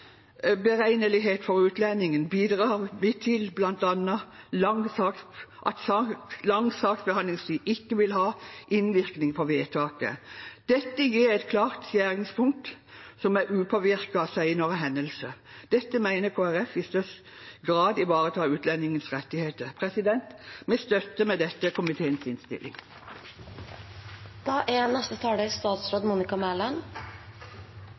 for utlendingen, bidrar vi bl.a. til at lang saksbehandlingstid ikke vil ha innvirkning på vedtaket. Dette gir et klart skjæringstidspunkt som er upåvirket av senere hendelser. Dette mener Kristelig Folkeparti i størst grad ivaretar utlendingens rettigheter. Vi støtter med dette komiteens innstilling. Utlendingsloven har i dag ingen tydelig regulering av om det er